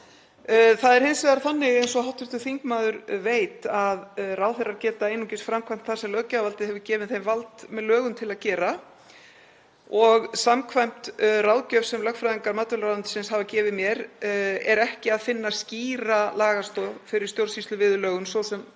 Það er hins vegar þannig, eins og hv. þingmaður veit, að ráðherrar geta einungis framkvæmt það sem löggjafarvaldið hefur gefið þeim vald með lögum til að gera og samkvæmt ráðgjöf sem lögfræðingar matvælaráðuneytisins hafa gefið mér er ekki að finna skýra lagastoð fyrir stjórnsýsluviðurlögum, svo sem